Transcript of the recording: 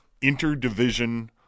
interdivision